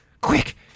Quick